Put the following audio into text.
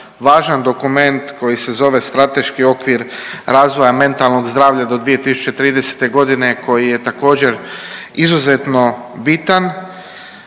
važan dokument koji se zove strateški okvir razvoja mentalnog zdravlja do 2030. godine koji je također izuzetno bitan.